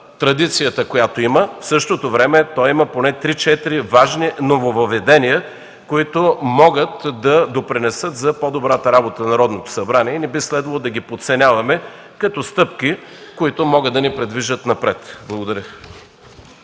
традицията, която има, в същото време той има поне три-четири важни нововъведения, които могат да допринесат за по-добрата работа на Народното събрание, и не би следвало да ги подценяваме като стъпки, които могат да ни придвижат напред. Благодаря.